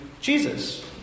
Jesus